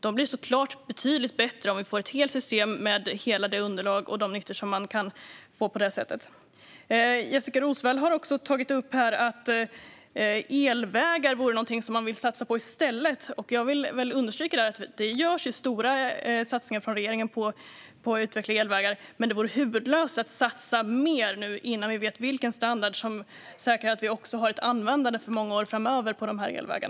Den blir såklart betydligt bättre om vi får ett helt system med hela det underlag och alla de nyttor som det för med sig. Jessika Roswall har också tagit upp att man vill satsa på elvägar i stället. Jag vill understryka att regeringen gör stora satsningar på att utveckla elvägar, men det vore huvudlöst att satsa mer innan vi vet vilken standard som kan säkerställa att vi får elvägar som kan användas i många år framöver.